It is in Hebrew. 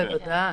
בוודאי.